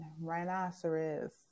rhinoceros